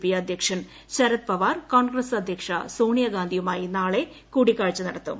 P അധ്യക്ഷൻ ശരത് പവാർ കോൺഗ്രസ് അധ്യക്ഷ സോണിയാ ഗാന്ധിയുമായി നാളെ കൂടിക്കാഴ്ച നടത്തും